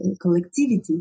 collectivity